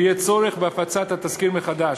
ויהיה צורך בהפצת התזכיר מחדש.